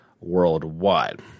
worldwide